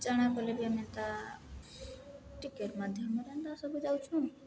ଜାଣିବାକୁ ଗଲେ ବି ଆମେ ତା ଟିକେଟ୍ ମାଧ୍ୟମରେମେ ତା ସବୁ ଯାଉଛୁ ଆ